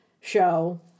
show